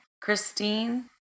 Christine